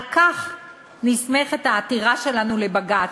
על כך נסמכת העתירה שלנו לבג"ץ,